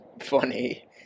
funny